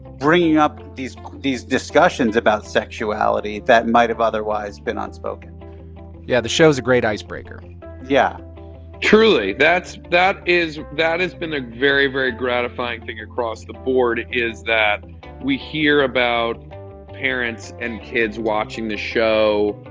bringing up these these discussions about sexuality that might have otherwise been unspoken yeah, the show's a great icebreaker yeah truly, that's that is that has been a very, very gratifying thing across the board is that we hear about parents and kids watching this show,